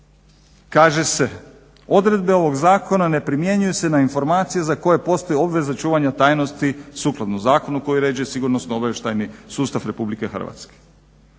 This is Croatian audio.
Kaže se "Odredbe ovog zakona ne primjenjuju se na informacije za koje postoji obveza čuvanja tajnosti sukladno zakonu koji uređuje sigurnosno obavještajni sustav RH". Vrlo je